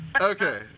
Okay